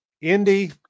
Indy